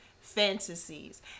fantasies